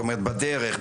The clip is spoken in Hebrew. בדרך,